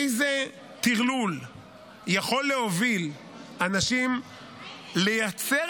איזה טרלול יכול להוביל אנשים לייצר